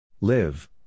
Live